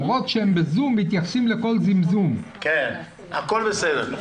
הכול בסדר.